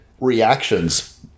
reactions